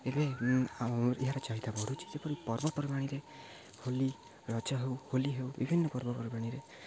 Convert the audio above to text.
ଏବେ ଆମ ଏହାର ଚାହିଦା ବଢ଼ୁଛି ଯେପରି ପର୍ବପର୍ବାଣିରେ ହୋଲି ରଜ ହଉ ହୋଲି ହେଉ ବିଭିନ୍ନ ପର୍ବପର୍ବାଣିରେ